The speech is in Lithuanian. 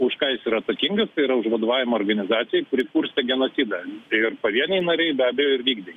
už ką jis yra atsakingas tai yra už vadovavimą organizacijai kuri kurstė genocidą ir pavieniai nariai be abejo ir vykdė